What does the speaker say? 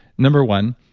number one,